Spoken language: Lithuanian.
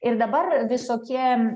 ir dabar visokie